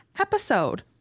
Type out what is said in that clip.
episode